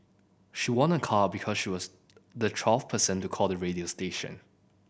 she won a car because she was the twelfth person to call the radio station